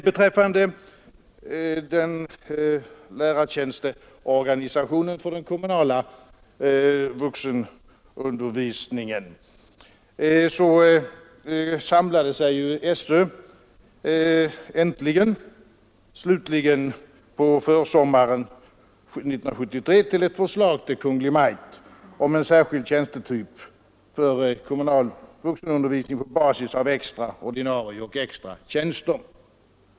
Beträffande lärartjänstorganisationen för den kommunala vuxenundervisningen samlade sig SÖ äntligen — på försommaren 1973 — till ett förslag till Kungl. Maj:t om en särskild tjänstetyp för kommunal vuxenundervisning på basis av extra ordinarie och extra tjänster.